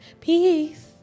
peace